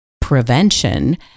prevention